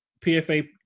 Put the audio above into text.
PFA